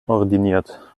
ordiniert